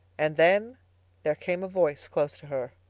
and then there came a voice close to her.